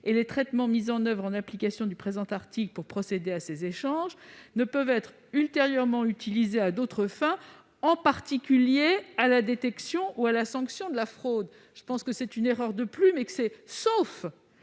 et les traitements mis en oeuvre en application du présent article pour procéder à ces échanges ne peuvent être ultérieurement utilisés à d'autres fins, en particulier à la détection ou la sanction d'une fraude. » Je pense qu'il s'agit d'une erreur de plume et que les